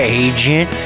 agent